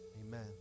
Amen